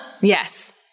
Yes